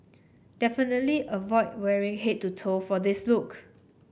definitely avoid wearing head to toe for this look